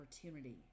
opportunity